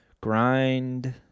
grind